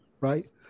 right